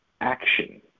action